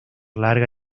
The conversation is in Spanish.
larga